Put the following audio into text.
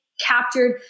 captured